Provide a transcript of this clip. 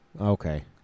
Okay